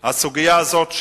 הסוגיה הזאת.